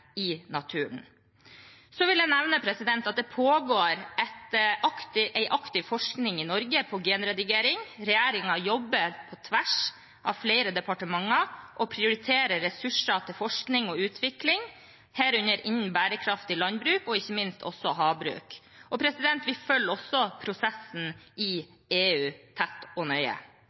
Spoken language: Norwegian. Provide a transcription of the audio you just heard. i naturen. Så vil jeg nevne at det pågår aktiv forskning i Norge på genredigering. Regjeringen jobber på tvers av flere departementer og prioriterer ressurser til forskning og utvikling, herunder innen bærekraftig landbruk og ikke minst havbruk. Vi følger også prosessen i EU tett og nøye.